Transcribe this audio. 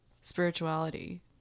spirituality